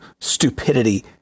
stupidity